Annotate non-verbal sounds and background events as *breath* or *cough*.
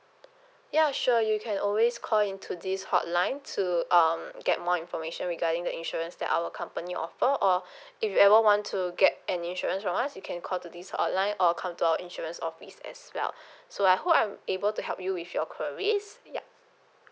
ya sure you can always call into this hotline to um get more information regarding the insurance that our company offer or *breath* if you ever want to get any insurance from us you can call to this hotline or come to our insurance office as well *breath* so I hope I'm able to help you with your queries ya